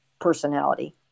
personality